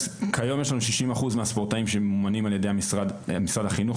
כיום יש לנו 60% מהספורטאים שממומנים על-ידי משרד החינוך,